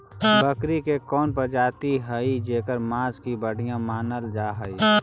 बकरी के कौन प्रजाति हई जेकर मांस के बढ़िया मानल जा हई?